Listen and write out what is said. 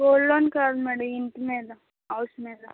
gold loan కాదు madam ఇంటి మీద హౌస్ మీద